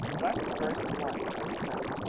but i think very sublime and very profound.